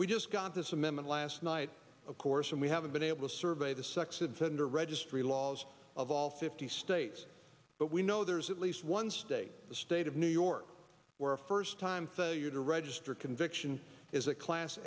we just got this amendment last night of course and we haven't been able to survey the sex offender registry laws of all fifty states but we know there's at least one state the state of new york where a first time to register a conviction is a class